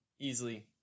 easily